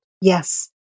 yes